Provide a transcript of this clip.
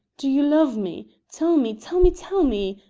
do you love me? tell me, tell me, tell me!